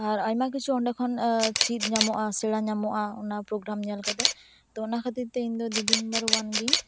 ᱟᱨ ᱟᱭᱢᱟ ᱠᱤᱪᱷᱩ ᱚᱸᱰᱮ ᱠᱷᱚᱱ ᱪᱤᱫ ᱧᱟᱢᱚᱜᱼᱟ ᱥᱮᱬᱟ ᱧᱟᱢᱚᱜᱼᱟ ᱚᱱᱟ ᱯᱨᱚᱜᱨᱟᱢ ᱧᱮᱞ ᱠᱟᱛᱮᱜ ᱛᱚ ᱚᱱᱟ ᱠᱷᱟᱹᱛᱤᱨ ᱛᱮ ᱤᱧ ᱫᱚ ᱰᱤ ᱰᱤ ᱱᱟᱢᱵᱟᱨ ᱳᱭᱟᱱ ᱜᱮᱧ